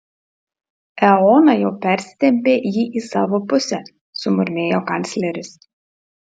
eoną jau persitempė jį į savo pusę sumurmėjo kancleris